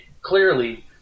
clearly